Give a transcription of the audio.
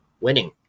Winning